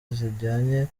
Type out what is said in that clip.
zijyanye